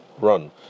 run